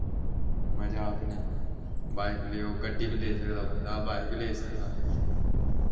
मजा अपनै बाईक लेओ गड्डी वी लेई सकदा बंदा बाईक वी लेई सकदा